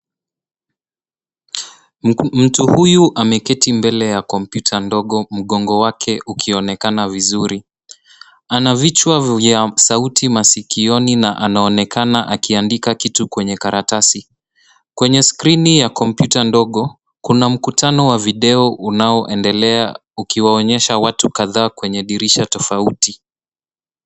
Mtu huyu ameketi mbele ya komputa ndogo, mgongo wake ukionekana vizuri. Ana vichwa vya sauti maskioni na anaonekana akiandika kitu kwenye karatasi. Kwenye skrini ya komputa ndogo, kuna mkutano wa video unaoendelea ,ukiwaonyesha watu kadhaa kwenye dirisha tofauti.